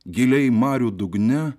giliai marių dugne